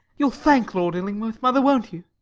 you'll thank lord illingworth, mother, won't you?